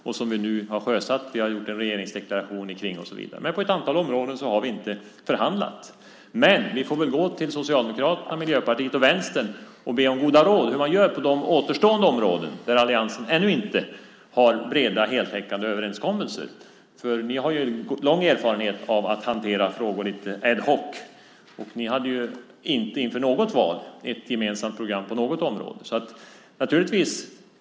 Nu har vi sjösatt dessa, gjort en regeringsdeklaration omkring dem och så vidare. Men på ett antal områden har vi inte förhandlat. Vi får väl gå till Socialdemokraterna, Miljöpartiet och Vänstern och be om goda råd om hur man gör på de återstående områden där alliansen ännu inte har breda heltäckande överenskommelser. Ni har ju lång erfarenhet av att hantera frågor lite ad hoc. Ni hade inte inför något val ett gemensamt program på något område.